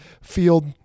field